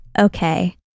okay